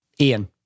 Ian